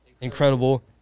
incredible